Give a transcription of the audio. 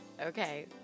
Okay